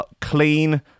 clean